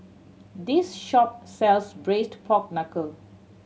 this shop sells Braised Pork Knuckle